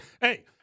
hey